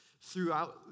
throughout